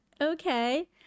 okay